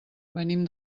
venim